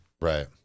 right